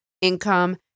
income